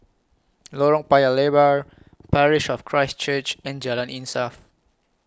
Lorong Paya Lebar Parish of Christ Church and Jalan Insaf